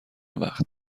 وقت